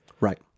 Right